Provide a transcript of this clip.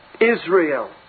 Israel